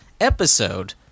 episode